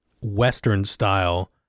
Western-style